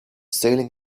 sailing